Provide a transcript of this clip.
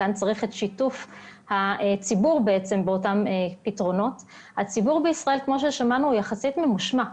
כמו ששמענו, הציבור בישראל הוא יחסית ממושמע.